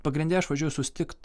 pagrinde aš važiuoju susitikt